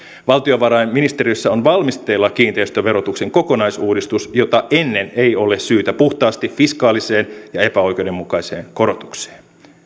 valtiovarainministeriössä on valmisteilla kiinteistöverotuksen kokonaisuudistus jota ennen ei ole syytä puhtaasti fiskaaliseen ja epäoikeudenmukaiseen korotukseen